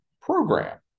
program